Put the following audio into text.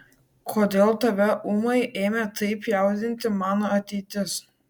kodėl tave ūmai ėmė taip jaudinti mano ateitis